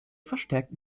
verstärkt